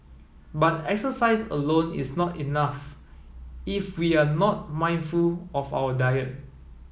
but exercise alone is not enough if we are not mindful of our diet